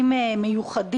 הלאומי.